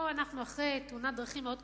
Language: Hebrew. פה אנחנו אחרי תאונת דרכים מאוד קשה,